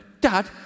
Dad